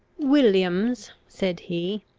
williams, said he,